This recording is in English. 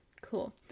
cool